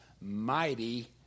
mighty